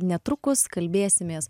netrukus kalbėsimės